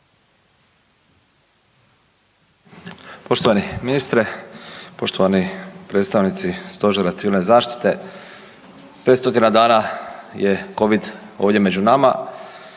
Poštovani ministre, poštovani predstavnici Stožera civilne zaštite. 500 dana je COVID ovdje među nama